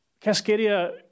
Cascadia